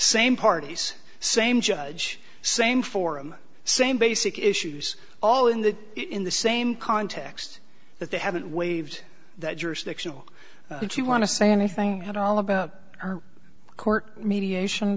same parties same judge same forum same basic issues all in the in the same context that they haven't waived that jurisdictional if you want to say anything at all about our court mediation